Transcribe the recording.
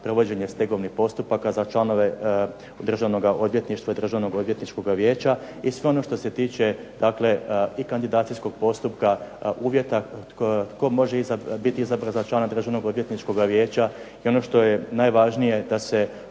provođenje stegovnih postupaka za članove Državnog odvjetništva i Državnog odvjetničkog vijeća i sve ono što se tiče i kandidacijskog postupka, uvjeta tko može biti izabran za člana Državnog odvjetničkog vijeća i ono što je najvažnije da se